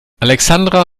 alexandra